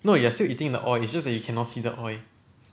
no you are still eating the oil it's just that you cannot see the oil